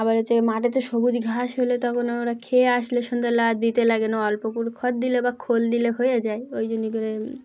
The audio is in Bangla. আবার হচ্ছে মাঠে তো সবুজ ঘাস হলে তখন ওরা খেয়ে আসলে সন্ধে বেলা দিতে লাগে না অল্প কুড় খড় দিলে বা খোল দিলে হয়ে যায় ওই জন্যই করে